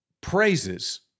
praises